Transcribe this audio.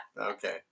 Okay